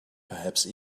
perhaps